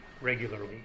regularly